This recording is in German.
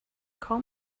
kaum